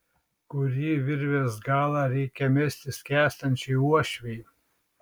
kurį virvės galą reikia mesti skęstančiai uošvei